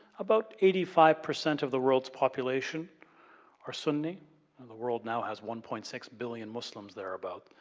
about eighty five percent of the world's population are suni and the world now has one point six billion muslims, there about,